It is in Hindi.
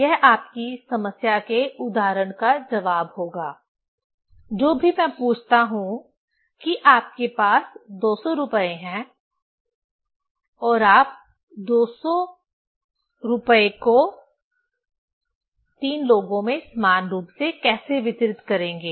यह आपकी समस्या के उदाहरण का जवाब होगा जो भी मैं पूछता हूं कि आपके पास 200 रुपये हैं और आप 200 रुपये को समान रूप से 3 लोगों में कैसे वितरित करेंगे